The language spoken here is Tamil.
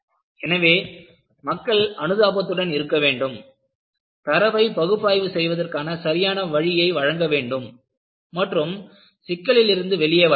எனவே மக்கள் அனுதாபத்துடன் இருக்க வேண்டும் தரவை பகுப்பாய்வு செய்வதற்கான சரியான வழியை வழங்க வேண்டும் மற்றும் சிக்கலில் இருந்து வெளியே வர வேண்டும்